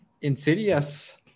insidious